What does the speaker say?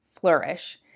flourish